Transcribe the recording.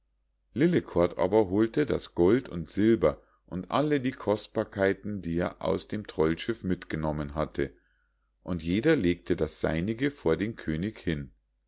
lillekort aber holte das gold und silber und alle die kostbarkeiten die er aus dem trollschiff mitgenommen hatte und jeder legte das seinige vor den könig hin